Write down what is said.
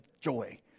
joy